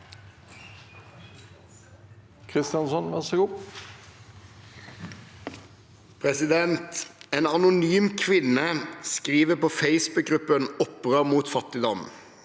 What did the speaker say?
«En anonym kvinne skriver på Facebook-gruppen Opprør mot fattigdom: